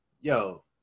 yo